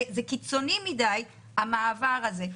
זה קיצוני מדי המעבר הזה,